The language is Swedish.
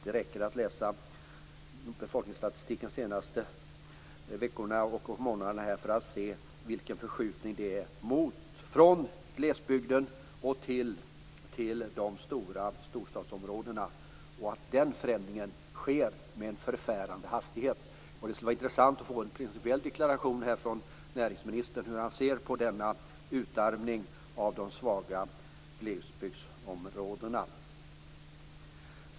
Det räcker att läsa befolkningsstatistiken från de senaste veckorna och månaderna för att se vilken förskjutning det är från glesbygden till de stora storstadsområdena. Den förändringen sker med en förfärande hastighet. Det skulle vara intressant att få en principiell deklaration från näringsministern om hur han ser på denna utarmning av de svaga glesbygdsområdena.